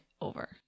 over